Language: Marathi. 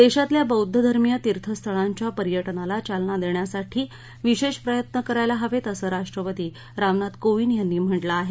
देशातल्या बौद्ध धर्मिय तीर्थस्थळांच्या पर्यटनाला चालना देण्यासाठी विशेष प्रयत्न करायला हवेत असं राष्ट्रपती रामनाथ कोविंद यांनी म्हटलं आहे